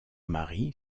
mari